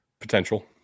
Potential